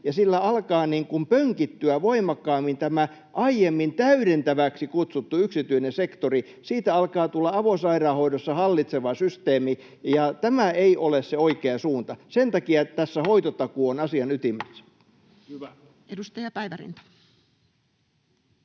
sillä alkaa pönkittyä voimakkaammin tämä aiemmin täydentäväksi kutsuttu yksityinen sektori. Siitä alkaa tulla avosairaanhoidossa hallitseva systeemi, ja tämä ei ole se oikea suunta. Sen takia tässä hoitotakuu on asian ytimessä. Edustaja Päivärinta.